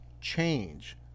change